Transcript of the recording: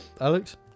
Alex